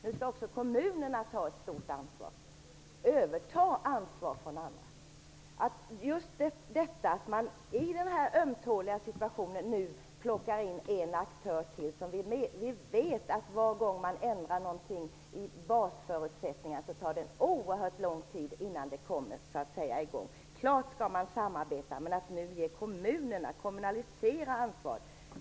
Också kommunerna skall nu ta ett stort ansvar och dessutom överta ansvar från andra. I denna ömtåliga situation för man in ytterligare en aktör. Vi vet att var gång som man ändrar någonting i basförutsättningarna tar det en oerhört lång tid innan det kommer i gång. Det är klart att man skall samarbeta, men ansvaret skall nu kommunaliseras.